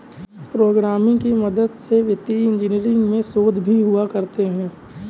programming की मदद से वित्तीय इन्जीनियरिंग में शोध भी हुआ करते हैं